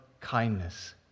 kindness